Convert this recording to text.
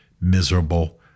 miserable